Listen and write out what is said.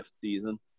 season